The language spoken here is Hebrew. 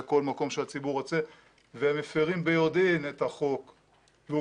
לכל מקום שהציבור רוצה והם מפרים ביודעין את החוק והוא